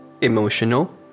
emotional